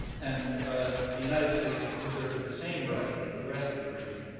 and ah the united states reserved the same right for the rest of the region.